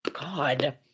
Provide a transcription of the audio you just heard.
God